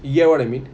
you get what I mean